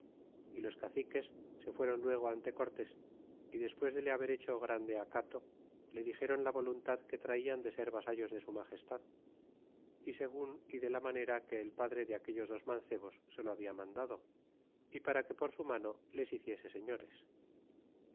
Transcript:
y los caciques se fueron luego ente corles y despues de le haber hecho grande acato le dixecon la voluntad que traían de ser vasallos de su magestad y segun y de la manera que el padre de aquellos dos mancebos se lo habia mandado y para que por su mano les h